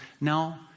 Now